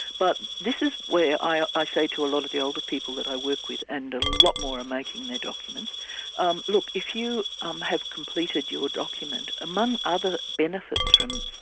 but this is where i i say to a lot of the older people that i work with and a lot more are making their documents um look, if you um have completed your document, among other benefits from,